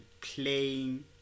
playing